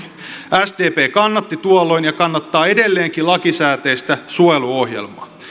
sdp kannatti tuolloin ja kannattaa edelleenkin lakisääteistä suojeluohjelmaa